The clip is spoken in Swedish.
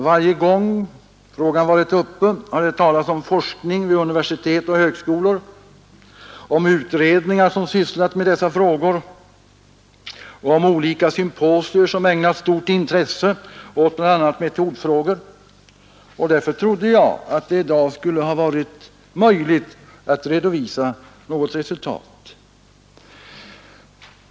Varje gång frågan varit uppe har det talats om forskning vid universitet och högskolor, om utredningar som sysslat med dessa frågor och om olika symposier som ägnat stort intresse åt bl.a. metodfrågor. Därför trodde jag att det i dag skulle ha varit möjligt att redovisa något resultat.